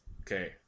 Okay